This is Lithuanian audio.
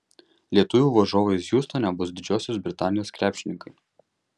lietuvių varžovais hjustone bus didžiosios britanijos krepšininkai